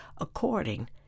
according